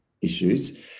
issues